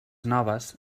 noves